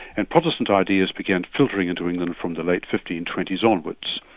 and protestant ideas began filtering into england from the late fifteen twenty s onwards.